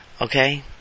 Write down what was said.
Okay